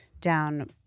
down